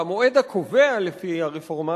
והמועד הקובע לפי הרפורמה,